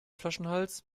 flaschenhals